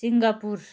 Singapore